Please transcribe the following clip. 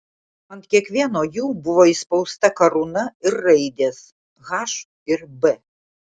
ant kiekvieno jų buvo įspausta karūna ir raidės h ir b